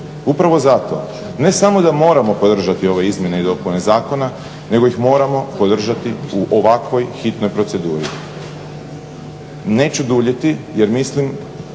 Upravo zato ne samo da moramo podržati ove izmjene i dopune zakona nego ih moramo podržati u ovakvoj hitnoj proceduru. Neću duljiti jer mislim